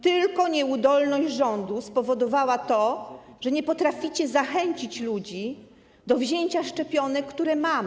Tylko nieudolność rządu spowodowała to, że nie potraficie zachęcić ludzi do wzięcia szczepionek, które mamy.